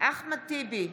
אחמד טיבי,